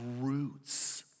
roots